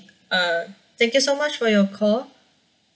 uh thank you so much for your call